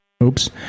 oops